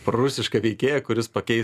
prorusišką veikėją kuris pakeis